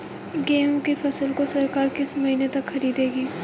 गेहूँ की फसल को सरकार किस महीने तक खरीदेगी?